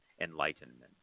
enlightenment